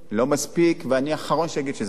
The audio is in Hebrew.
לא מספיק, ואני האחרון שיגיד שזה מספיק.